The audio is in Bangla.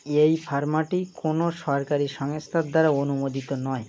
এই ফার্মাটি কোনো সরকারি সংস্থার দ্বারা অনুমোদিত নয়